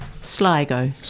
Sligo